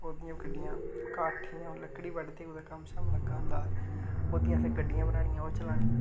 ओह्दियां गड्डियां काठें दी लकड़ी बड्ढदे कुदै कम्म शम्म लग्गा होंदा ओह्दियां असें गड्ढियां बनानियां ओह् चलानियां